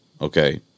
okay